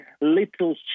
little